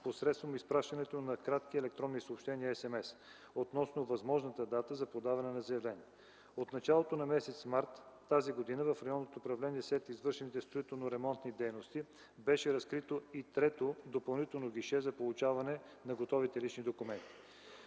посредством изпращането на кратки електронни съобщения – SMS, относно възможната дата за подаване на заявление. От началото на м. март т.г. в Районното управление, след извършените строително-ремонтни дейности, беше разкрито и трето, допълнително гише за получаване на готовите лични документи.